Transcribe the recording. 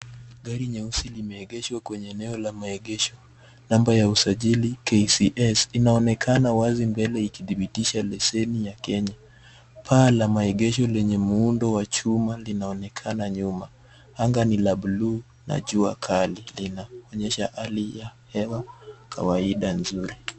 Gari nyeusi limeegeshwa kwenye eneo la maegesho namba ya usajili KCS inaonekana wazi mbele ikitibitisha leseni ya Kenya. Paa la maegesho lenye muundo wa chuma linaonekana nyuma, anga nila buluu na jua kali linalo onyesha hali ya hewa ya kawaida nzuri.